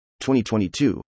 2022